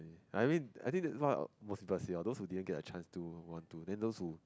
I mean I think that's what most people say like those who didn't get a chance would want to then those who